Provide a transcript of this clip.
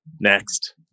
next